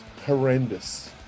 Horrendous